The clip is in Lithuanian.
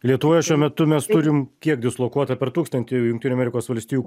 lietuvoje šiuo metu mes turim kiek dislokuota per tūkstantį jungtinių amerikos valstijų